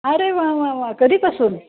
अरे वा वा वा कधीपासून